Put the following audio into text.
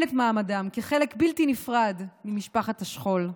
את מעמדם כחלק בלתי נפרד ממשפחת השכול.